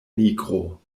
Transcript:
nigro